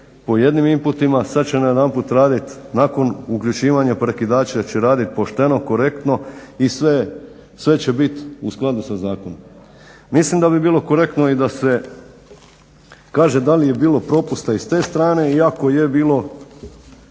po jednim inputima sad će najedanput raditi nakon uključivanja prekidača će raditi pošteno, korektno i sve će biti u skladu sa zakonom. Mislim da bi bilo korektno i da se kaže da li je bilo propusta i s te strane i ako je bilo